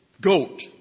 goat